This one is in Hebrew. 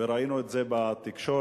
וראינו את זה בתקשורת